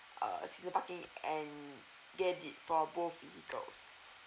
uh season parking and get it for both vehicles